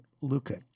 Luca